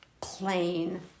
plain